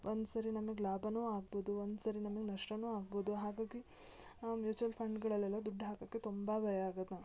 ಒಂದುಸರಿ ನನಗೆ ಲಾಭನು ಆಗ್ಬೋದು ಒಂದುಸರಿ ನನ್ಗೆ ನಷ್ಟನು ಆಗ್ಬೋದು ಹಾಗಾಗಿ ಆ ಮ್ಯೂಚ್ವಲ್ ಫಂಡ್ಗಳಲ್ಲೆಲ್ಲ ದುಡ್ಡು ಹಾಕೋಕೆ ತುಂಬ ಭಯ ಆಗತ್ತೆ ನಂಗೆ